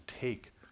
take